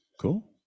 cool